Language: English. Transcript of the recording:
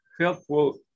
helpful